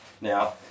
now